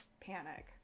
panic